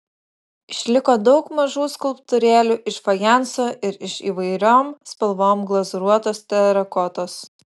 išliko daug mažų skulptūrėlių iš fajanso ir iš įvairiom spalvom glazūruotos terakotos